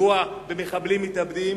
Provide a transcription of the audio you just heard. לפגוע במחבלים מתאבדים,